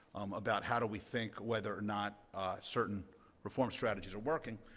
about how do we think whether or not certain performance strategies are working.